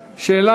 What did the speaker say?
תקופה,